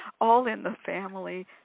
all-in-the-family